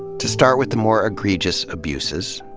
to start with the more egregious abuses.